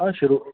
हा शुरू